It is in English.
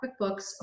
QuickBooks